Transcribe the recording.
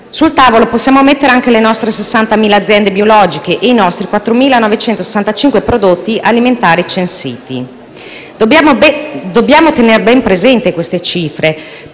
Sul tavolo possiamo mettere anche le nostre sessantamila aziende biologiche e i nostri 4.965 prodotti alimentari censiti. Dobbiamo tener ben presente queste cifre